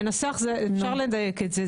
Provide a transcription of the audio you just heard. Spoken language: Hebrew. לנסח אפשר לדייק את זה.